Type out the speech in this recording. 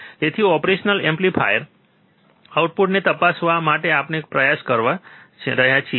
તેથી ઓપરેશનલ એમ્પ્લીફાયરના આઉટપુટને તપાસવા માટે આપણે તે કરવાનો પ્રયાસ કરી રહ્યા છીએ